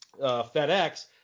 FedEx